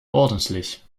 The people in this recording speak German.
ordentlich